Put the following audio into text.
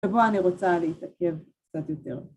שבו אני רוצה להתעכב קצת יותר.